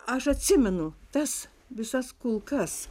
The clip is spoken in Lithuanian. aš atsimenu tas visas kulkas